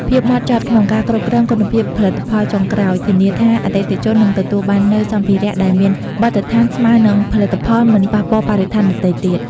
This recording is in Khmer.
ភាពហ្មត់ចត់ក្នុងការគ្រប់គ្រងគុណភាពផលិតផលចុងក្រោយ ធានាថាអតិថិជននឹងទទួលបាននូវសម្ភារៈដែលមានបទដ្ឋានស្មើនឹងផលិតផលមិនប៉ះពាល់បរិស្ថានដទៃទៀត។